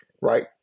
right